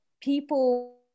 people